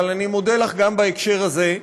אבל אני מודה לך גם בהקשר הזה.